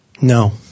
No